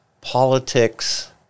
politics